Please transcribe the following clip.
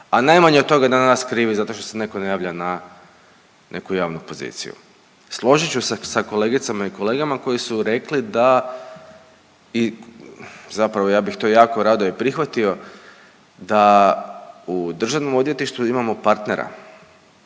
a najmanje od toga je danas kriv i zato što se neko ne javlja na neku javnu poziciju. Složit ću se sa kolegicama i kolegama koji su rekli da i zapravo ja bih to jako rado i prihvatio, da u državnom odvjetništvu imamo partnera